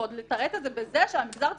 ועוד לתרץ את זה בזה שהמגזר הציבורי,